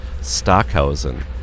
Stockhausen